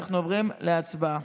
אנחנו עוברים להצבעה.